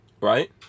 right